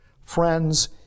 Friends